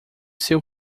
seu